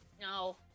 No